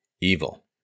evil